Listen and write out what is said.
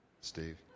Steve